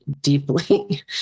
deeply